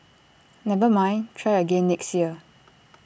never mind try again next year